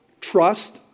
trust